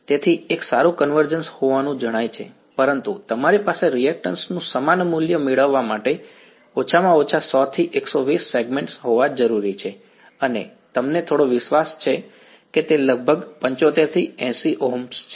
તેથી એક સારું કન્વર્જન્સ હોવાનું જણાય છે પરંતુ તમારી પાસે રીએક્ટન્શ નું સમાન મૂલ્ય મેળવવા માટે ઓછામાં ઓછા 100 થી 120 સેગમેન્ટ્સ હોવા જરૂરી છે અને તમને થોડો વિશ્વાસ છે કે તે લગભગ 75 થી 80 ઓહ્મ છે